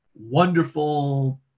wonderful